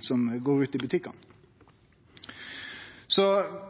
som går ut i